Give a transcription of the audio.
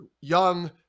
young